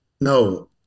No